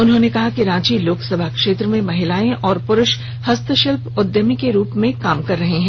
उन्होंने कहा कि रांची लोकसभा क्षेत्र में महिलायें एवं पुरुष हस्तशिल्प उद्यमी के रूप में काम कर रहे हैं